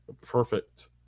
Perfect